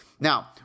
Now